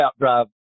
outdrive